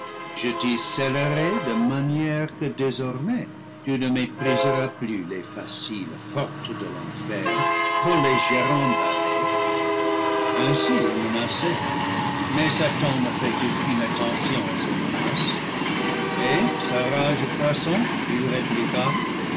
je t'y scellerai de manière que désormais tu ne mé priseras plus les faciles portes de l'enfer trop légèrement barrée ainsi le paradis perdu ainsi il meneçait mais satan ne fait aucune attention à ces menaces et sa rage croissant il répliqua